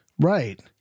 Right